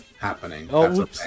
happening